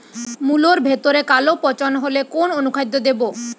মুলোর ভেতরে কালো পচন হলে কোন অনুখাদ্য দেবো?